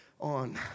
on